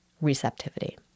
receptivity